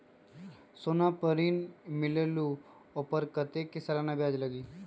सोना पर ऋण मिलेलु ओपर कतेक के सालाना ब्याज लगे?